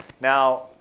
Now